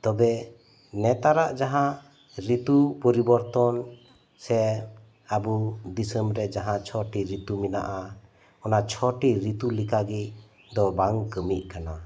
ᱛᱚᱵᱮ ᱱᱮᱛᱟᱨᱟᱜ ᱡᱟᱦᱟᱸ ᱨᱤᱛᱩ ᱯᱚᱨᱤ ᱵᱚᱨᱛᱚᱱ ᱥᱮ ᱟᱵᱩ ᱫᱤᱥᱚᱢ ᱨᱮ ᱡᱟᱦᱟᱸ ᱪᱷᱚᱴᱤ ᱨᱤᱛᱩ ᱢᱮᱱᱟᱜᱼᱟ ᱚᱱᱟ ᱪᱷᱚᱴᱤ ᱨᱤᱛᱩ ᱞᱮᱠᱟ ᱫᱚ ᱵᱟᱝ ᱠᱟᱹᱢᱤᱜ ᱠᱟᱱᱟ